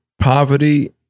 poverty